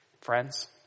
Friends